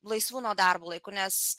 laisvu nuo darbo laiku nes